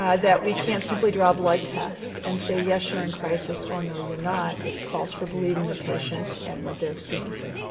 that we can't simply draw blood test and say, yes, you're in crisis or, no, you're not. it calls for believing the patient and what they're experiencing.